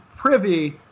privy